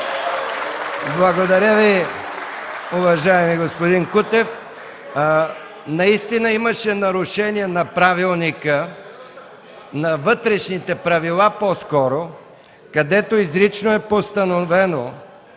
Благодаря Ви, уважаеми господин Кутев. Наистина имаше нарушение на правилника, по-скоро на вътрешните правила, където изрично е постановено,